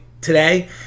today